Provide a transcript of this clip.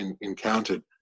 encountered